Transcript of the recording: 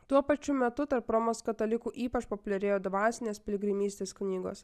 tuo pačiu metu tarp romos katalikų ypač populiarėjo dvasinės piligrimystės knygos